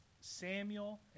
Samuel